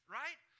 right